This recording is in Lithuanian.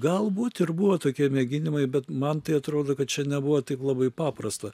galbūt ir buvo tokie mėginimai bet man tai atrodo kad čia nebuvo taip labai paprasta